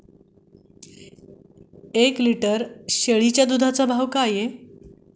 एक लिटर शेळीच्या दुधाचा भाव काय आहे?